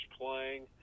playing